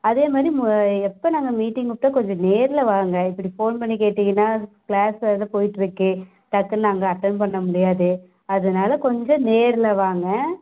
அதேமாதிரி மொ எப்போ நாங்கள் மீட்டிங் கூப்பிட்டா கொஞ்சம் நேரில் வாங்க இப்படி ஃபோன் பண்ணி கேட்டிங்கன்னா க்ளாஸ் ஹவர்லாம் போய்ட்டுருக்கு டக்குன்னு நாங்கள் அட்டெண்ட் பண்ண முடியாது அதனால கொஞ்சம் நேரில் வாங்க